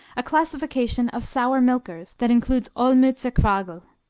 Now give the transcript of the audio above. a classification of sour-milkers that includes olmutzer quargel.